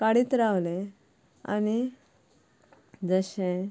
काडीत रावलें आनी जशें